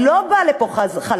היא לא באה לפה חלשה.